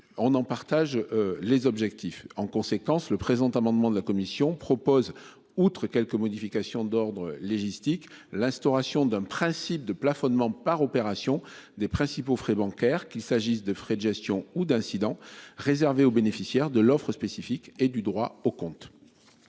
On en partage les objectifs en conséquence le présent amendement de la commission propose, outre quelques modifications d'ordre logistique, l'instauration d'un principe de plafonnement par opération des principaux frais bancaires qu'il s'agisse de frais de gestion ou d'incidents réservé aux bénéficiaires de l'offre spécifique et du droit au compte.